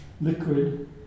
liquid